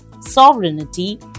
sovereignty